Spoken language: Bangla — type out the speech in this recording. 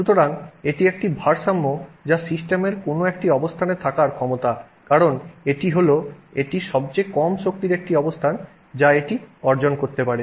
সুতরাং এটি একটি ভারসাম্য যা সিস্টেমের কোন একটি অবস্থানে থাকার ক্ষমতা কারণ এটি হল এটি সবচেয়ে কম শক্তির অবস্থান যা এটি অর্জন করতে পারে